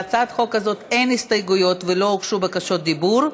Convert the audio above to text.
להצעת החוק הזאת אין הסתייגויות ולא הוגשו בקשות דיבור,